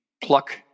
pluck